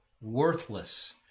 worthless